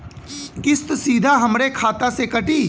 किस्त सीधा हमरे खाता से कटी?